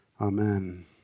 Amen